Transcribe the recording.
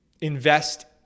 invest